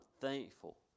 thankful